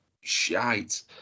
shite